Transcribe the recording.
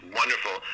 wonderful